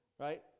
Right